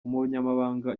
umunyamabanga